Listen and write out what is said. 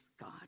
God